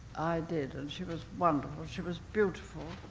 did, and she was wonderful. she was beautiful.